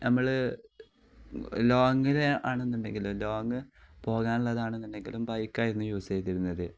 നമ്മൾ ലോങ്ങിൽ ആണെന്നുണ്ടെങ്കിലും ലോങ്ങ് പോകാനുള്ളതാണെന്നുണ്ടെങ്കിലും ബൈക്ക ആയിരുന്നു യൂസ് ചെയ്തിരുന്നത്